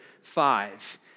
five